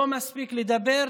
לא מספיק לדבר,